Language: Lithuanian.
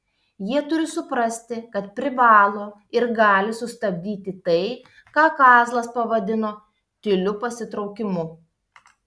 jie turi suprasti kad privalo ir gali sustabdyti tai ką kazlas pavadino tyliu pasitraukimu